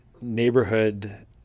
neighborhood